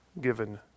given